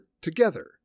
together